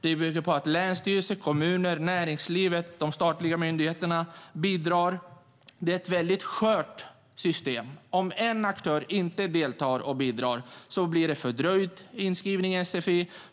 Det bygger på att länsstyrelse, kommuner, näringslivet och de statliga myndigheterna bidrar. Det är ett väldigt skört system. Om en aktör inte deltar och bidrar blir det fördröjd inskrivning i sfi.